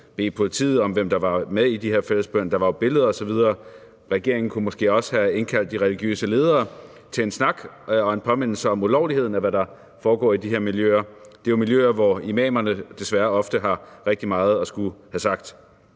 bede politiet om at undersøge, hvem der var med i den her fællesbøn – der var jo billeder osv. Regeringen kunne måske også have indkaldt de religiøse ledere til en snak og en påmindelse om ulovligheden af, hvad der foregår i de her miljøer. Det er jo miljøer, hvor imamerne desværre ofte har rigtig meget at skulle have sagt.